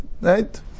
right